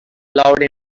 allowed